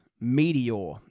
Meteor